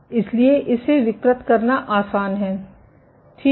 इसलिए इसे विकृत करना आसान है ठीक